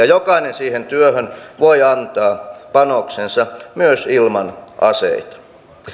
jokainen siihen työhön voi antaa panoksensa myös ilman aseita